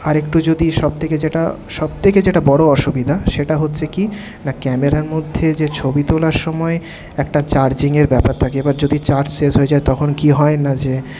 আরেকটু যদি সব থেকে যেটা সব থেকে যেটা বড়ো অসুবিধা সেটা হচ্ছে কী না ক্যামেরার মধ্যে যে ছবি তোলার সময়ে একটা চার্জিংয়ের ব্যাপার থাকে এবার যদি চার্জ শেষ হয়ে যায় তখন কী হয় না যে